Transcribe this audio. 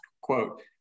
quote